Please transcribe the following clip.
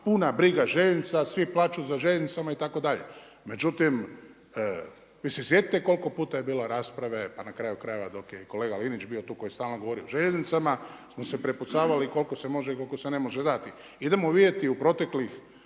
puna briga željeznica, svi plaću za željeznicama itd.. Međutim, vi se sjetite koliko puta je bilo rasprave, pa na kraju krajeva dok je i kolega Linić bio tu koji je stalno govorio o željeznicama smo se prepucavali koliko se može i koliko se ne može dati. Idemo vidjeti u proteklih